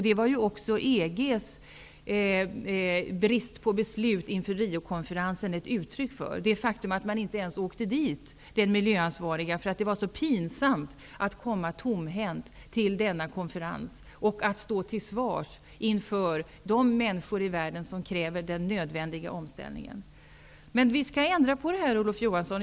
EG:s brist på beslut inför Riokonferensen var ett uttryck för detta. Den miljöansvariga inom EG åkte inte ens dit, eftersom det var så pinsamt att komma tomhänt till denna konferens och att stå till svars inför de människor i världen som kräver den nödvändiga omställningen. Men vi skall ändra på detta, Olof Johansson.